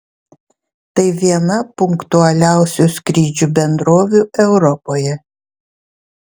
tai viena punktualiausių skrydžių bendrovių europoje